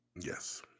yes